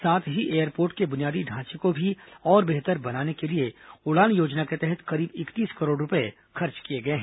साथ ही एयरपोर्ट के बुनियादी ढांचे को भी और बेहतर बनाने के लिए उड़ान योजना के तहत करीब इकतीस करोड़ रूपये खर्च किए गए हैं